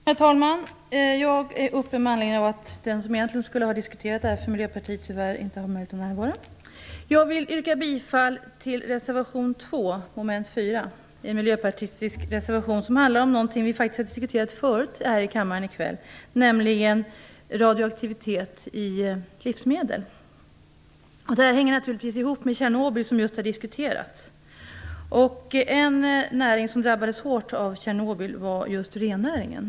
Herr talman! Jag har gått upp i talarstolen med anledning av att den person som egentligen skulle ha företrätt Miljöpartiet i det här ärendet tyvärr inte har möjlighet att närvara. Jag vill yrka bifall till reservation 2 avseende mom. 4. Det är en motion från Miljöpartiet som handlar om någonting som vi faktiskt har diskuterat tidigare här i kammaren i kväll, nämligen radioaktivitet i livsmedel. Det här hänger naturligtvis ihop med frågan om Tjernobylolyckan som just har diskuterats. En näring som drabbades hårt av Tjernobylolyckan är rennäringen.